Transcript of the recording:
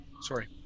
Sorry